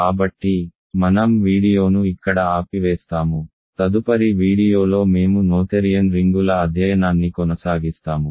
కాబట్టి మనం వీడియోను ఇక్కడ ఆపివేస్తాము తదుపరి వీడియోలో మేము నోథెరియన్ రింగుల అధ్యయనాన్ని కొనసాగిస్తాము